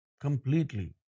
completely